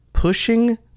Pushing